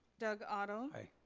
doug otto? aye.